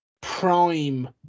prime